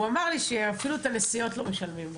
הוא אמר לי שאפילו את הנסיעות לא משלמים לו.